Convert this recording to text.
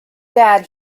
bad